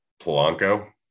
Polanco